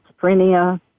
schizophrenia